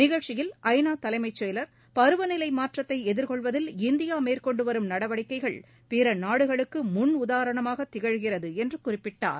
நிகழ்ச்சியில் ஐநா தலைமைச்செயலர் பருவநிலை மாற்றத்தை எதிர்கொள்வதில் இந்தியா மேற்கொண்டு வரும் நடவடிக்கைகள் பிற நாடுகளுக்கு முன் உதாரணமாக திகழ்கிறது என்று குறிப்பிட்டார்